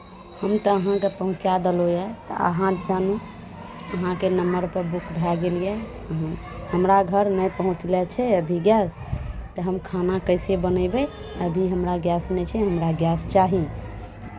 हम तऽ अहाँकेँ पहुँचा देलहुँ यए अहाँ जानी अहाँके नम्बरपर बुक भए गेल यए हमरा घर नहि पहुँचलै छै अभी गैस तऽ हम खाना कैसे बनैबै अभी हमरा गैस नहि छै हमरा गैस चाही